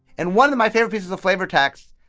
and one of my favorite pieces of flavor text,